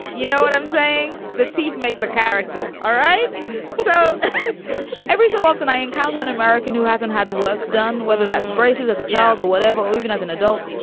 you know what i'm saying? the teeth make the character. all right so every so often i encounter an american who hasn't had work done, whether that's braces as the child or whatever or even as an adult.